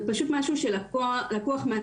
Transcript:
זה פשוט משהו שלקוח מהתדריך,